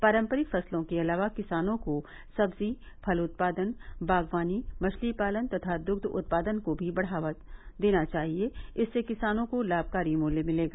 पारम्परिक फसलों के अलावा किसानों को सब्जी फल उत्पादन बागवानी मछली पालन तथा दुध उत्पादन को भी बढ़ाना चाहिए इससे किसानों को लाभकारी मूल्य मिलेगा